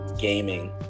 gaming